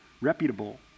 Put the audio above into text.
reputable